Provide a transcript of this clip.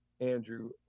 Andrew